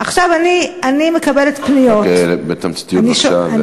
עכשיו, אני מקבלת פניות, בתמציתיות בבקשה.